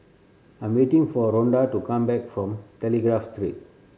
I am waiting for Ronda to come back from Telegraph Street